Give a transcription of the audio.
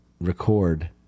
record